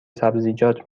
سبزیجات